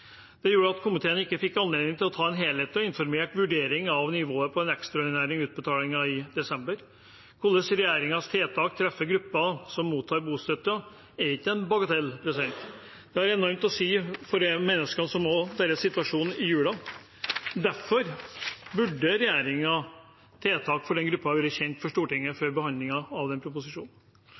Det gjorde at komiteen ikke fikk anledning til å ta en helhetlig og informert vurdering av nivået på den ekstraordinære utbetalingen i desember. Hvordan regjeringens tiltak treffer gruppen som mottar bostøtte, er ikke en bagatell. Det har enormt mye å si for de menneskene som er i denne situasjonen i jula. Derfor burde regjeringens tiltak for denne gruppen være kjent for Stortinget før behandlingen av denne proposisjonen.